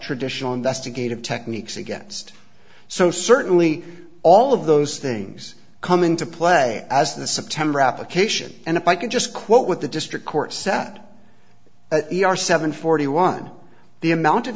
traditional investigative techniques against so certainly all of those things come into play as the september application and if i can just quote with the district court set e r seven forty one the amount of